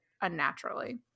unnaturally